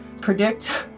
predict